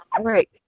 right